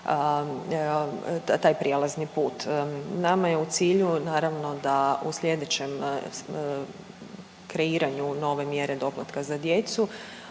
taj prijelazni put. Nama je u cilju naravno da u slijedećem kreiranju nove mjere doplatka za djecu